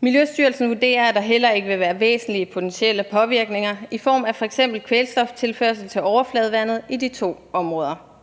Miljøstyrelsen vurderer, at der heller ikke vil være væsentlige potentielle påvirkninger i form af f.eks. kvælstoftilførsel til overfladevand i de to områder.